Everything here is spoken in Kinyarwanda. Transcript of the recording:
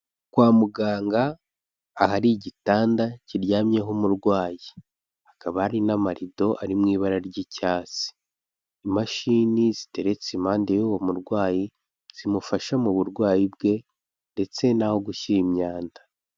Kwa muganga ahari igitanda kiryamyeho umurwayi, hakaba hari n'amarido ari mu ibara ry'icyatsi. Imashini ziteretse impande y'uwo murwayi, zimufasha mu burwayi bwe ndetse n'aho gushyira imyanda.